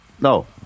No